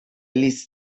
list